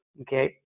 okay